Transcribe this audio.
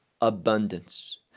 abundance